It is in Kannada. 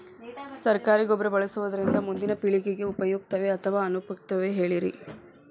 ಸರಕಾರಿ ಗೊಬ್ಬರ ಬಳಸುವುದರಿಂದ ಮುಂದಿನ ಪೇಳಿಗೆಗೆ ಉಪಯುಕ್ತವೇ ಅಥವಾ ಅನುಪಯುಕ್ತವೇ ಹೇಳಿರಿ